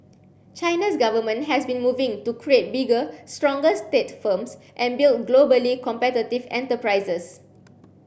China's government has been moving to create bigger stronger state firms and build globally competitive enterprises